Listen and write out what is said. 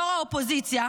יו"ר האופוזיציה,